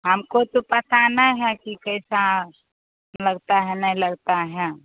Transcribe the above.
हमको तो पता नहीं है कि कैसा लगता है नहीं लगता हैं